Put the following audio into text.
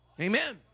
Amen